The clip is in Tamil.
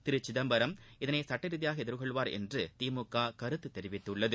திரு சிதம்பரம் இதனை சட்ட ரீதியாக எதிர்கொள்வார் என்று திமுக கருத்து தெரிவித்துள்ளது